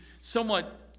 somewhat